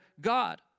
God